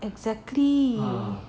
exactly